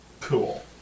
Cool